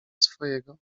swojego